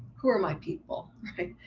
who are my people, right?